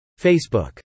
Facebook